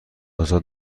ازاد